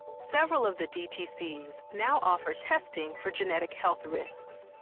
several of the dtcs now offer testing for genetic health risks.